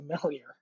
familiar